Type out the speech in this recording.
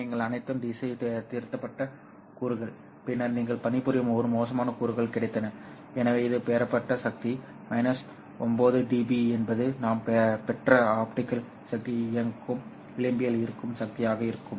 எனவே நீங்கள் அனைத்தும் திசைதிருப்பப்பட்ட கூறுகள் பின்னர் நீங்கள் பணிபுரியும் ஒரு மோசமான கூறுகள் கிடைத்தன எனவே இது பெறப்பட்ட சக்தி 9 dB என்பது நாம் பெற்ற ஆப்டிகல் சக்தியை இயக்கும் விளிம்பில் இருக்கும் சக்தியாக இருக்கும்